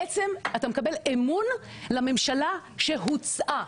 בעצם אתה מקבל אמון לממשלה שהוצעה.